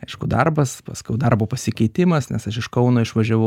aišku darbas paskui darbo pasikeitimas nes aš iš kauno išvažiavau